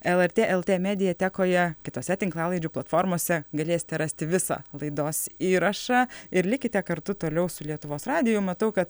lrt lt mediatekoje kitose tinklalaidžių platformose galėsite rasti visą laidos įrašą ir likite kartu toliau su lietuvos radiju matau kad